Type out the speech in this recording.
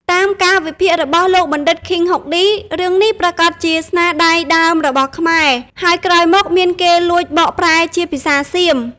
តាមការវិភាគរបស់លោកបណ្ឌិត ឃីង ហុកឌី រឿងនេះប្រាកដជាស្នាដៃដើមរបស់ខ្មែរ ហើយក្រោយមកមានគេលួចបកប្រែជាភាសាសៀម។